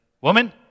woman